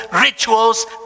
rituals